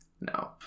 No